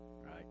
right